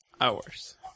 Hours